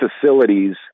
facilities